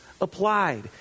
applied